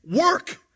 Work